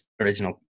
original